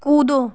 कूदो